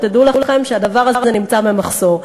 תדעו לכם שהתפקיד הזה נמצא במחסור.